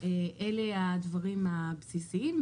- אלה הדברים הבסיסיים.